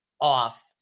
off